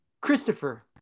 Christopher